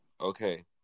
okay